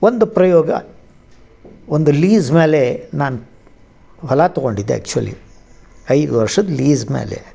ಒಂದು ಪ್ರಯೋಗ ಒಂದು ಲೀಝ್ ಮ್ಯಾಲೆ ನಾನು ಹೊಲ ತಗೊಂಡಿದ್ದೆ ಆ್ಯಕ್ಚುಲಿ ಐದು ವರ್ಷದ ಲೀಝ್ ಮ್ಯಾಲೆ